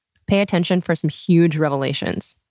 pay attention for some huge revelations.